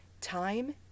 Time